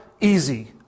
easy